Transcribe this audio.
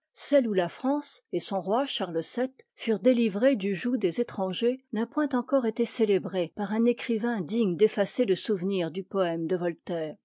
celle où la france et son roi charles vii furent délivrés du joug des étrangers n'a point encore été célébrée par un écrivain digne d'effacer le souvenir du poëme de voltaire